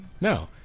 No